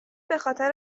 بخاطر